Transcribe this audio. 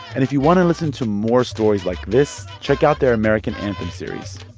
and if you want to listen to more stories like this, check out their american anthem series.